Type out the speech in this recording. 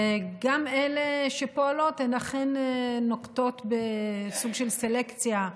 וגם אלה שפועלות אכן נוקטות סוג של סלקציה,